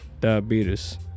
Diabetes